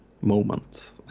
moment